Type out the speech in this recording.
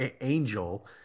angel